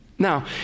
Now